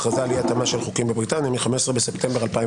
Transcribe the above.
החרגה על אי התאמה של חוקים בבריטניה מ-15 בספטמבר 2019